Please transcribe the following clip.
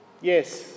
Yes